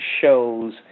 shows